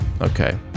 okay